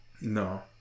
No